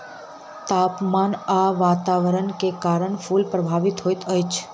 तापमान आ वातावरण के कारण फूल प्रभावित होइत अछि